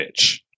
bitch